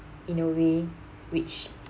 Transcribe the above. in a way which